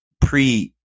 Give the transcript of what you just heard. pre